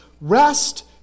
rest